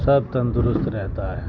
سب تندرست رہتا ہے